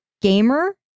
gamer